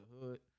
hood